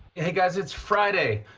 hey, guys, it's friday.